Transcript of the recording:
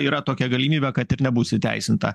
yra tokia galimybė kad ir nebus įteisinta